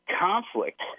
conflict